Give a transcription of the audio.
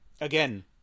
again